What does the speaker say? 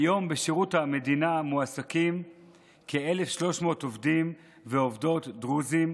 כיום בשירות המדינה מועסקים כ-1,300 עובדים ועובדות דרוזים,